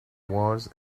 wars